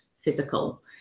physical